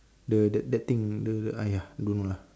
the that that thing the !aiya! don't know lah